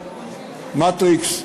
"מטריקס",